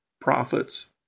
prophets